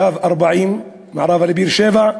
מערבית לקו 40, מערבית לבאר-שבע,